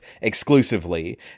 exclusively